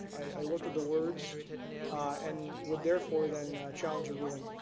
i looked at the words and would therefore, then challenge your ruling.